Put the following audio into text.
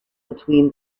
between